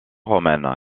romaine